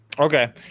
Okay